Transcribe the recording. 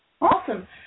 Awesome